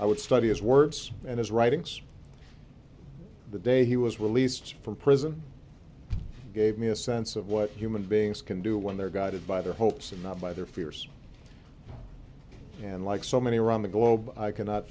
i would study his words and his writings the day he was released from prison gave me a sense of what human beings can do when they're guided by their hopes and not by their fears and like so many around the globe i cannot